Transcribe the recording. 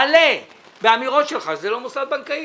מלא שזה לא מוסד בנקאי.